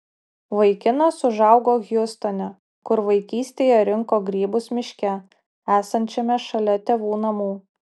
vaikinas užaugo hjustone kur vaikystėje rinko grybus miške esančiame šalia tėvų namų